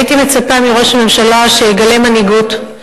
הייתי מצפה מראש ממשלה שיגלה מנהיגות,